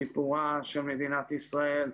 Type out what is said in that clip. סיפורה של מדינת ישראל,